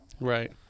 Right